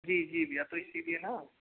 जी जी भैया तो इसीलिए ना